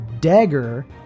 dagger